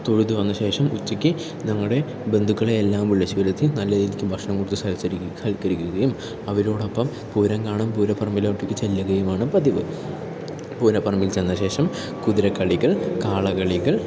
തൊഴുതു വന്നശേഷം ഉച്ചയ്ക്ക് ഞങ്ങളുടെ ബന്ധുക്കളെയെല്ലാം വിളിച്ചു വരുത്തി നല്ല രീതിയ്ക്ക് ഭക്ഷണം കൊടുത്ത് സൽക്കരിക്കുകയും അവരോടൊപ്പം പൂരം കാണാൻ പൂരപ്പറമ്പിലോട്ടേക്ക് ചെല്ലുകയുമാണ് പതിവ് പൂരപ്പറമ്പിൽ ചെന്നശേഷം കുതിരക്കളികൾ കാളകളികൾ